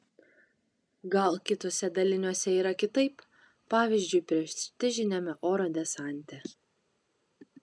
gal kituose daliniuose yra kitaip pavyzdžiui prestižiniame oro desante